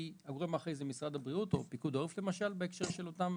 כי אומרים אחרי זה: משרד הבריאות או פיקוד העורף למשל בהקשר שלא אותם